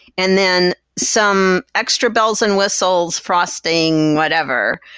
and then some extra bells and whistles, frosting, whatever,